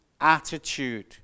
attitude